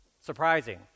Surprising